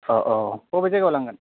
औ बबे जायगायाव लांगोन